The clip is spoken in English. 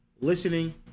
listening